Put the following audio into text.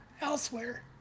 elsewhere